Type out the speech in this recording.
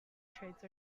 traits